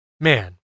man